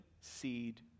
seed